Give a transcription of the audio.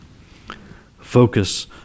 Focus